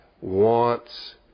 wants